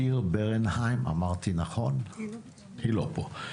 שיר ברנהם, לא פה.